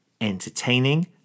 entertaining